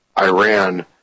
Iran